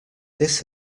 this